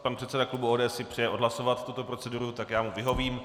Pan předseda klubu ODS si přeje odhlasovat tuto proceduru, tak já mu vyhovím.